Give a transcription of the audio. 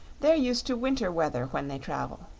they're used to winter weather when they travel.